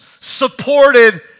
supported